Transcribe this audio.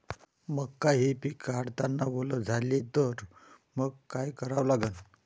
मका हे पिक काढतांना वल झाले तर मंग काय करावं लागन?